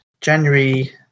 January